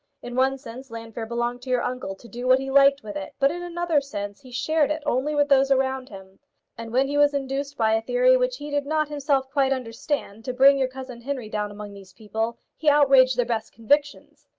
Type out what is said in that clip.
in one sense llanfeare belonged to your uncle to do what he liked with it, but in another sense he shared it only with those around him and when he was induced by a theory which he did not himself quite understand to bring your cousin henry down among these people, he outraged their best convictions.